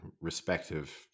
respective